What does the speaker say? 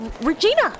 Regina